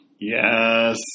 Yes